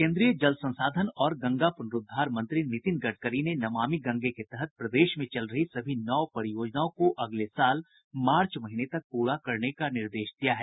केन्द्रीय जल संसाधन और गंगा पुनरूद्वार मंत्री नितिन गडकरी ने नमामि गंगे के तहत प्रदेश में चल रही सभी नौ परियोजनाओं को अगले साल मार्च महीने तक पूरा करने का निर्देश दिया है